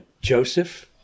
Joseph